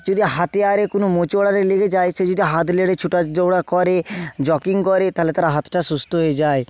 যদি হাতে আরে কোন মোচর আরে লেগে যায় সে যদি হাত লেড়ে ছুটা দৌড়া করে জগিং করে তাহলে তার হাতটা সুস্থ হয়ে যায়